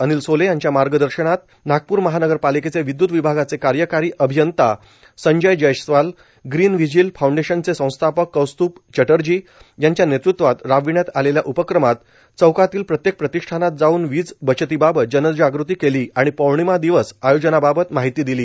अनिल सोले यांच्या मार्गदर्शनात नागपूर महानगरपालिकेचे विदय्त विभागाचे कार्यकारी अभियंत संजय जैस्वाल ग्रीन व्हिजील फाऊंडेशनचे संस्थापक कौस्तभ चॅटर्जी यांच्या नेतृत्वात राबविण्यात आलेल्या उपक्रमात चौकातील प्रत्येक प्रतिष्ठानात जाऊन वीज बचतीबाबत जनजागृती केली आणि पोर्णिमा दिवस आयोजनाबाबत माहिती दिली